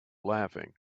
laughing